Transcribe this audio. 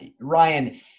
Ryan